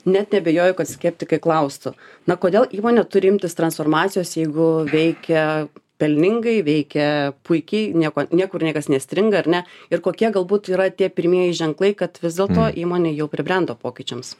net neabejoju kad skeptikai klaustų na kodėl įmonė turi imtis transformacijos jeigu veikia pelningai veikia puikiai nieko niekur niekas nestringa ar ne ir kokie galbūt yra tie pirmieji ženklai kad vis dėl to įmonė jau pribrendo pokyčiams